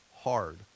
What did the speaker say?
hard